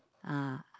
ah